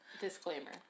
Disclaimer